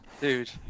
dude